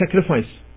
sacrifice